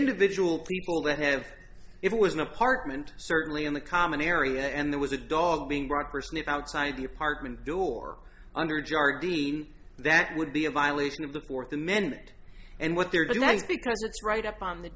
individual people that have if it was an apartment certainly in the common area and there was a dog being brought a person it outside the apartment door under jarvey that would be a violation of the fourth amendment and what they're doing is because it's right up on the